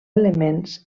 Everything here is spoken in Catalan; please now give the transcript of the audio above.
elements